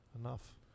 Enough